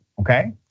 okay